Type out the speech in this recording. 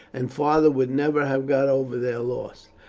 and father would never have got over their loss.